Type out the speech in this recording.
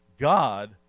God